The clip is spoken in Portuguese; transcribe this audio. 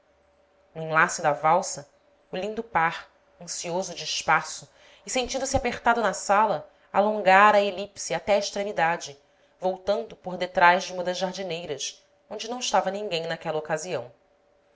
no enlace da valsa o lindo par ansioso de espaço e sentindo-se apertado na sala alongara a elipse até a extremidade voltando por detrás de uma das jardineiras onde não estava ninguém naquela ocasião